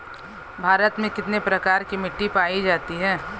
भारत में कितने प्रकार की मिट्टी पाई जाती हैं?